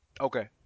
Okay